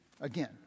Again